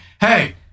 Hey